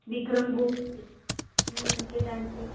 विक्रम गोखले ते त्यांचे